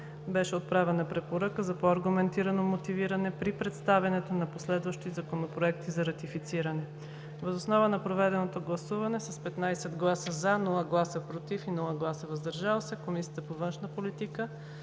Беше отправена препоръка за по-аргументирано мотивиране при представянето на последващи законопроекти за ратифициране. Въз основа на проведеното гласуване с 15 гласа „за“, без „против“ и „въздържали се“ Комисията по външна политика